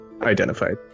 identified